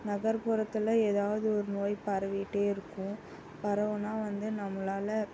நகர்ப்புறத்தில் ஏதாவது ஒரு நோய் பரவிகிட்டே இருக்கும் பரவினா வந்து நம்மளால